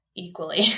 equally